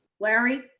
larry.